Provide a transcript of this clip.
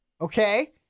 Okay